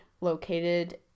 located